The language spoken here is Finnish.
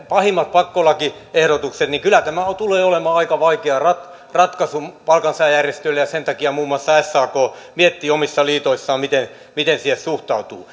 pahimmat pakkolakiehdotukset niin kyllä tämä tulee olemaan aika vaikea ratkaisu ratkaisu palkansaajajärjestöille ja sen takia muun muassa sak miettii omissa liitoissaan miten miten siihen suhtautuu